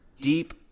Deep